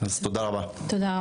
אז תודה רבה לך.